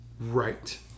Right